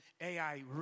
Ai